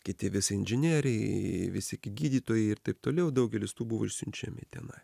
kiti visi inžinerijai visikie gydytojai ir taip toliau daugelis tų buvo išsiunčiami tenai